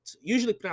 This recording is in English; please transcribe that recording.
usually